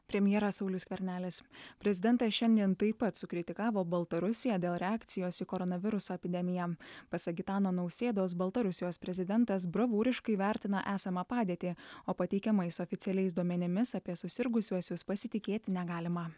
premjeras saulius skvernelis prezidentas šiandien taip pat sukritikavo baltarusiją dėl reakcijos į koronaviruso epidemiją pasak gitano nausėdos baltarusijos prezidentas bravūriškai vertina esamą padėtį o pateikiamais oficialiais duomenimis apie susirgusiuosius pasitikėti negalima